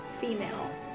female